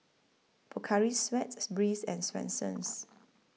Pocari Sweat Breeze and Swensens